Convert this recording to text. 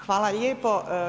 Hvala lijepo.